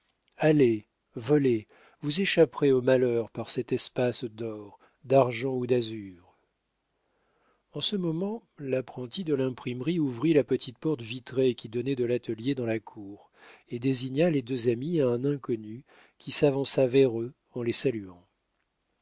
allez volez vous échapperez au malheur par cet espace d'or d'argent ou d'azur en ce moment l'apprenti de l'imprimerie ouvrit la petite porte vitrée qui donnait de l'atelier dans la cour et désigna les deux amis à un inconnu qui s'avança vers eux en les saluant